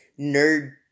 nerd